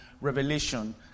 revelation